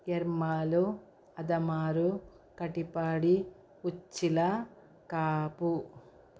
Ermal Admar Katapadi Uchila Kapu